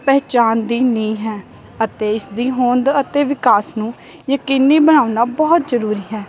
ਪਹਿਚਾਣ ਦੀ ਨੀਂਹ ਹੈ ਅਤੇ ਇਸਦੀ ਹੋਂਦ ਅਤੇ ਵਿਕਾਸ ਨੂੰ ਯਕੀਨੀ ਬਣਾਉਣਾ ਬਹੁਤ ਜ਼ਰੂਰੀ ਹੈ